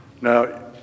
Now